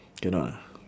cannot ah